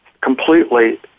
completely